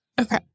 okay